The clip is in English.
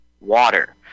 water